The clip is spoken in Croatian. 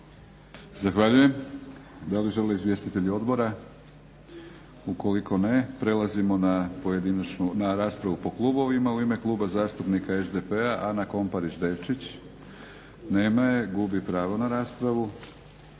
Zahvaljujem. Da li žele izvjestitelji odbora? Ukoliko ne prelazimo na raspravu po klubovima. U ime Kluba zastupnika SDP-a Ana Komparić Devčić, nema je, gubi pravo na raspravu.